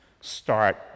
start